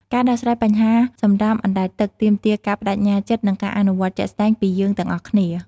ការដោះស្រាយបញ្ហាសំរាមអណ្តែតទឹក ទាមទារការប្តេជ្ញាចិត្តនិងការអនុវត្តជាក់ស្តែងពីយើងទាំងអស់គ្នា។